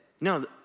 no